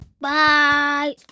Bye